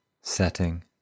setting